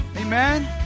amen